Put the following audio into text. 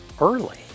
early